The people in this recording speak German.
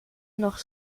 noch